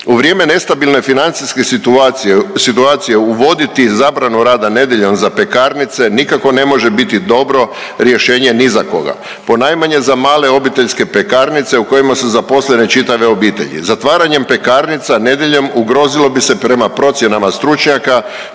U vrijeme nestabilne financijske situacije uvoditi zabranu rada nedjeljom za pekarnice nikako ne može biti dobro rješenje ni za koga ponajmanje za male obiteljske pekarnice u kojima su zaposlene čitave obitelji. Zatvaranjem pekarnica nedjeljom ugrozilo bi se prema procjenama stručnjaka